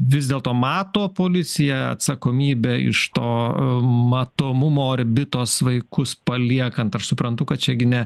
vis dėlto mato policija atsakomybę iš to matomumo orbitos vaikus paliekant aš suprantu kad čiagi ne